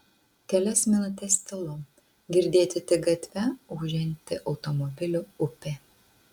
kelias minutes tylu girdėti tik gatve ūžianti automobilių upė